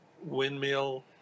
windmill